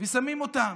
שמים אותם,